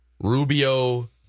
Rubio